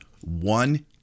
one